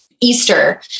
Easter